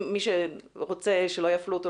מי שרוצה שלא יפלו אותו,